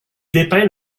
dépeint